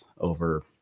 over